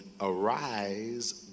Arise